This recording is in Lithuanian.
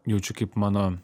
jaučiu kaip mano